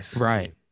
Right